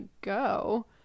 go